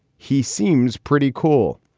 he seems pretty cool.